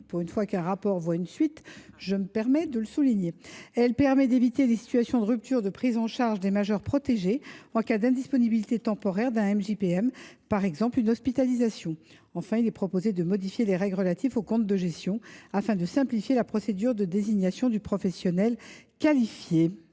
recommandations d’un rapport aboutissent, cela mérite d’être souligné. On évitera ainsi les situations de rupture de prise en charge des majeurs protégés en cas d’indisponibilité temporaire d’un MJPM, par exemple dans le cadre d’une hospitalisation. Enfin, il est proposé de modifier les règles relatives aux comptes de gestion afin de simplifier la procédure de désignation du professionnel qualifié.